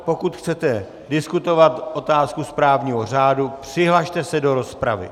Pokud chcete diskutovat otázku správního řádu, přihlaste se do rozpravy.